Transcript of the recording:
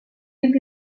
vint